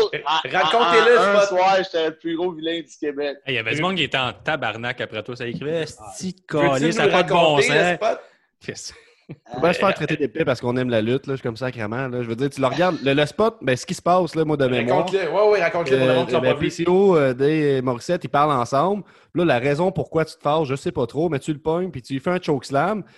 Eh, Ra- raconte-le, un- le un spot. soir, j'étais le plus gros vilain du Québec. Eh, y avait du monde qui était en tabarnak après toi, ça écrivait, « Esti de Veux-tu caliste, ça nous a pas de bon raconter le sens. » spot? Fais ça. Faut bien se faire traiter d'épais parce qu'on aime la lutte, là, je suis comme, sacrément, là. Je veux dire, tu le regardes, le- le spot, ben, ce qui se passe, là, moi, de Raconte-le. mémoire. Ouais, ouais, raconte-le pour le monde qui Euh, l'a ben, pas vu. PCO, euh, des- Morissette, ils parlent ensemble. Puis là, la raison pourquoi tu te fâches, je sais pas trop, mais tu le pognes, puis tu lui fais un chokeslam.